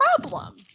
problem